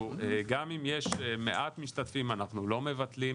וגם אם יש מעט משתתפים אנחנו לא מבטלים.